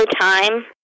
time